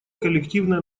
коллективное